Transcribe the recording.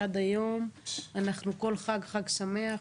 שעד היום אומרים כל חג אומרים חג שמח.